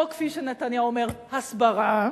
או כפי שנתניהו אומר: הסברה,